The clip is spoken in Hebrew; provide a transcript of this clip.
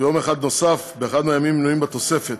ויום אחד נוסף באחד מהימים המנויים בתוספת,